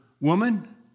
woman